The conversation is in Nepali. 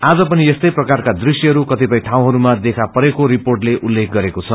आज पनि यस्तै प्रकारका दृश्यहरू क्षतिपय ठाउँहरूमा देखापरेको उत्लेख गरेको छ